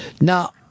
Now